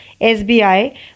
SBI